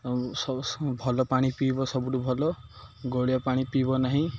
ଭଲ ପାଣି ପିଇବ ସବୁଠୁ ଭଲ ଗୋଳିଆ ପାଣି ପିଇବ ନାହିଁ